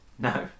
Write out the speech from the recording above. No